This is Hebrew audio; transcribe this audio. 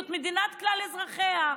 זו מדינת כלל אזרחיה.